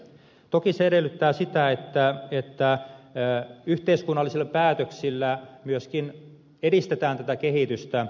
toki se edellyttää sitä että yhteiskunnallisilla päätöksillä myöskin edistetään tätä kehitystä